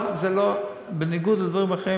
אבל בניגוד לדברים אחרים,